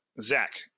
Zach